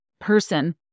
person